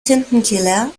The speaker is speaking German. tintenkiller